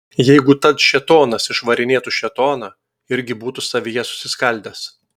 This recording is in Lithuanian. jeigu tad šėtonas išvarinėtų šėtoną irgi būtų savyje susiskaldęs